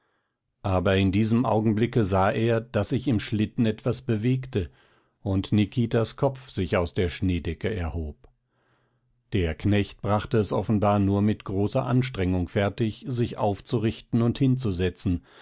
aber in diesem augenblicke sah er daß sich im schlitten etwas bewegte und nikitas kopf sich aus der schneedecke erhob der knecht brachte es offenbar nur mit großer anstrengung fertig sich aufzurichten und hinzusetzen